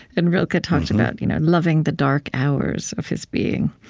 and rilke talks about you know loving the dark hours of his being.